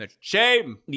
Shame